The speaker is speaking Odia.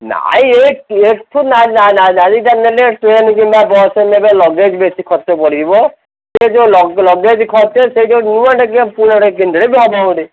ନାଇଁ ଏ ଏଠି ନାଇଁ ନାଇଁ ନାଇଁ ନାଇଁ ଗାଡ଼ିଟା ନେଲେ ଟ୍ରେନ୍ କିମ୍ବା ବସ୍ରେ ନେଲେ ଲଗେଜ୍ ବେଶୀ କିଛି ଖର୍ଚ୍ଚ ବଢ଼ିବ ଏ ଯେଉଁ ଲଗେଜ୍ ଖର୍ଚ୍ଚ ସେ ଯେଉଁ ନୂଆଟା କିମ୍ବା ଯେଉଁ ପୁରୁଣାଟା କିଣିଥିଲେ ସିଏ ଯାଆନ୍ତା ଭାରି